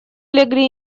легли